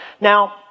Now